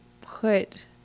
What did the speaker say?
put